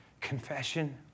confession